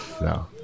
no